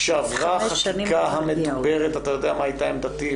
כשעברה החקיקה המדוברת אתה יודע מה הייתה עמדתי,